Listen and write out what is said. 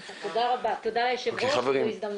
תודה, היושב ראש, על ההזדמנות.